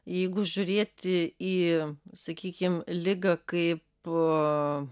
jeigu žiūrėti į sakykim ligą kaip